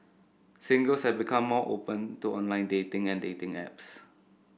singles have become more open to online dating and dating apps